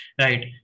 Right